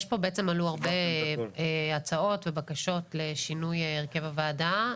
בעצם עלו הרבה הצעות ובקשות לשינוי הרכב הוועדה,